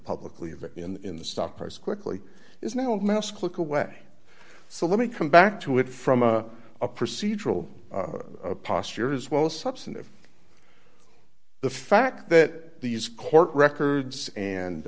publicly of it in the stock price quickly is now a mouse click away so let me come back to it from a procedural posture as well as substantive the fact that these court records and